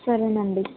సరేనండి